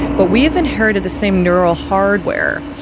but we've inherited the same neural hardware.